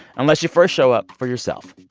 unless you first show up for yourself.